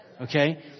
Okay